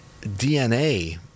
DNA